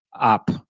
up